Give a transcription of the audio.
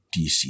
dc